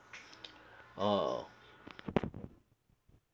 uh